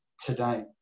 today